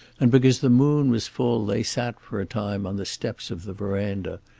and because the moon was full they sat for a time on the steps of the veranda,